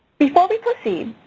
before we proceed,